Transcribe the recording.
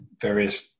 various